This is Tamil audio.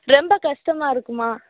ரொம்ப கஷ்டமாக இருக்குமா